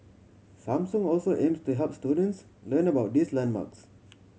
Samsung also aims to help students learn about these landmarks